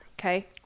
Okay